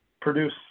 produce